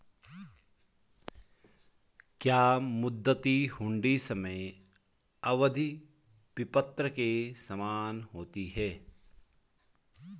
क्या मुद्दती हुंडी समय अवधि विपत्र के समान होती है?